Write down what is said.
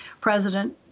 president